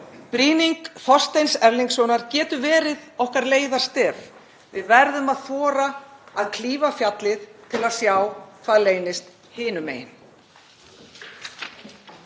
Brýning Þorsteins Erlingssonar getur verið okkar leiðarstef. Við verðum að þora að klífa fjallið til að sjá hvað leynist hinum megin.